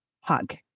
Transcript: hug